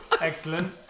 Excellent